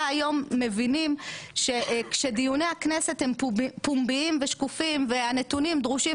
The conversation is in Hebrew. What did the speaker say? היום מבינים שכשדיוני הכנסת הם פומביים ושקופים והנתונים דרושים